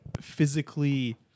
physically